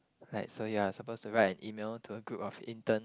like so you're supposed to write an E-mail to a group of intern